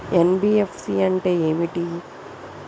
NBFC అంటే ఏమిటి?